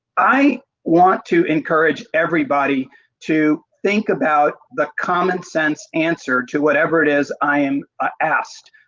i want to encourage everybody to think about the common sense answer to whatever it is i um ah asked.